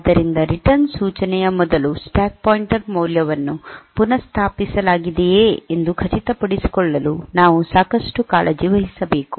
ಆದ್ದರಿಂದ ರಿಟರ್ನ್ ಸೂಚನೆಯ ಮೊದಲು ಸ್ಟ್ಯಾಕ್ ಪಾಯಿಂಟರ್ ಮೌಲ್ಯವನ್ನು ಪುನಃಸ್ಥಾಪಿಸಲಾಗಿದೆಯೆ ಎಂದು ಖಚಿತಪಡಿಸಿಕೊಳ್ಳಲು ನಾವು ಸಾಕಷ್ಟು ಕಾಳಜಿ ವಹಿಸಬೇಕು